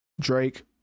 Drake